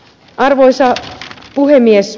arvoisa puhemies